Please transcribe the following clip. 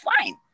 fine